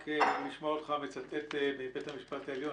רק לשמוע אותך מצטט מבית המשפט העליון,